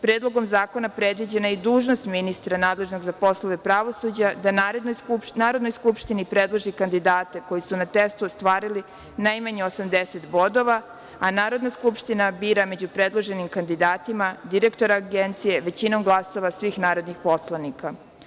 Predlogom zakona predviđena je i dužnost ministra nadležnog za poslove pravosuđa da Narodnoj skupštini predloži kandidate koji su na testu ostvarili najmanje 80 bodova, a Narodna skupština bira među predloženim kandidatima direktora Agencije većinom glasova svih narodnih poslanika.